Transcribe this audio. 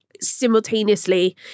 simultaneously